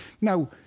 Now